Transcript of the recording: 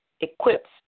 equips